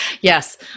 Yes